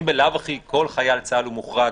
אם בלאו הכי כל חייל צה"ל הוא מוחרג